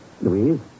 Louise